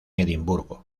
edimburgo